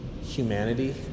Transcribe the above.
humanity